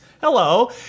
Hello